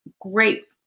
great